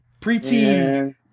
preteen